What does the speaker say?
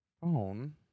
phone